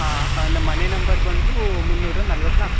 ಹಾಂ ನಮ್ಮ ಮನೆ ನಂಬರ್ ಬಂದೂ ಮುನ್ನೂರ ನಲ್ವತ್ತು ನಾಲ್ಕು